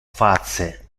face